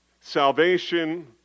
salvation